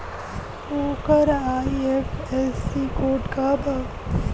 ओकर IFSC code का बा?